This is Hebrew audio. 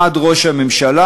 עד ראש הממשלה,